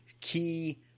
key